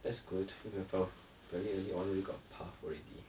that's good you have a apparently early on already got path already